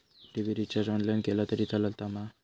TV recharge online केला तरी चलात मा?